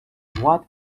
what